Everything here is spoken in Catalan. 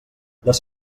les